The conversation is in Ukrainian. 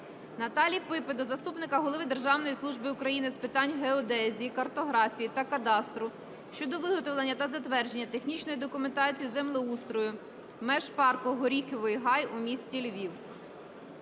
Наталії Піпи до заступника голови Державної служби України з питань геодезії, картографії та кадастру щодо виготовлення та затвердження технічної документації землеустрою меж парку "Горіховий Гай" у місті Львів.